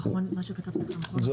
זה